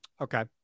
Okay